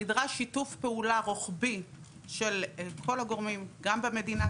נדרש שיתוף פעולה רוחבי של כל הגורמים גם במדינה,